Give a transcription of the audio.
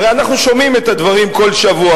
הרי אנחנו שומעים את הדברים כל שבוע,